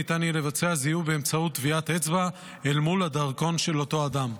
ניתן יהיה לבצע זיהוי באמצעות טביעת אצבע אל מול הדרכון של אותו אדם.